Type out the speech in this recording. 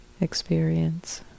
experience